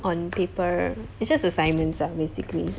on paper it's just assignments ah basically